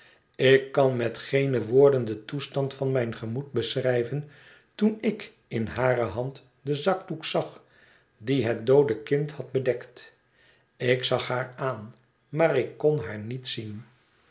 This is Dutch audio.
ik kan met geene woorden den toestand van mijn gemoed beschrijven toen ik in hare hand den zakdoek zag diehetdoode kind had bedekt ik zag haar aan maar ik kon haar niet zien